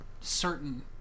certain